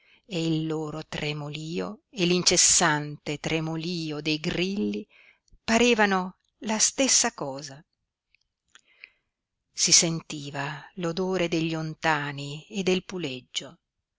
e il loro tremolío e l'incessante tremolío dei grilli parevano la stessa cosa si sentiva l'odore degli ontani e del puleggio